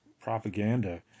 propaganda